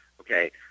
okay